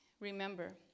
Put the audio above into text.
remember